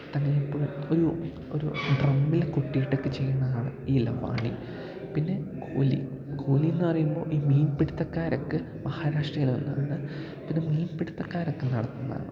തകില് പുകിൽ ഒരു ഒരു ഡ്രമ്മില് കൊട്ടിയിട്ടൊക്കെ ചെയ്യണതാണ് ഈ ലവാണി പിന്നെ കോലി കോലി എന്ന് പറയുമ്പോൾ ഈ മീൻ പിടുത്തക്കാരൊക്കെ മഹാരാഷ്ട്രയിൽ വന്ന് പിന്നെ മീൻ പിടുത്തക്കാരൊക്കെ നടത്തുന്ന